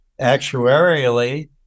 actuarially